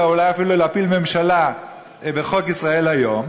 אולי אפילו להפיל ממשלה בחוק "ישראל היום",